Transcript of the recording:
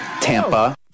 Tampa